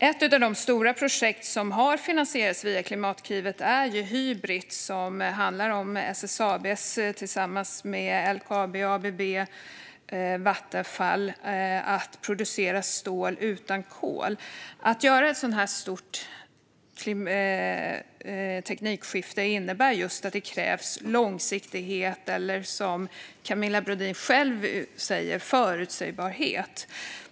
Ett av de stora projekt som har finansierats via Klimatklivet är Hybrit, vilket är ett samarbete mellan SSAB, LKAB, ABB och Vattenfall för att producera stål utan kol. Att göra ett så stort teknikskifte kräver just långsiktighet - eller, som Camilla Brodin själv säger: förutsägbarhet.